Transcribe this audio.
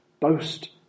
boast